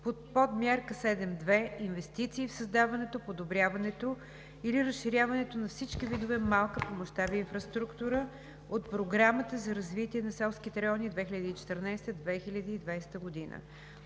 по Подмярка 7.2 – инвестиции в създаването, подобряването или разширяването на всички видове малка по мащаби инфраструктура от Програмата за развитие на селските райони 2014 – 2020 г.“